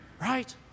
right